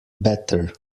better